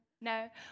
No